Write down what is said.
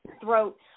throat